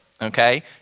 okay